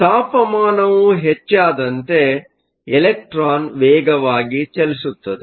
ತಾಪಮಾನವು ಹೆಚ್ಚಾದಂತೆ ಎಲೆಕ್ಟ್ರಾನ್ ವೇಗವಾಗಿ ಚಲಿಸುತ್ತದೆ